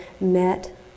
met